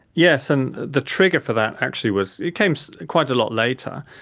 yes, and the trigger for that actually was, it came quite a lot later.